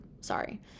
sorry